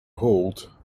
hold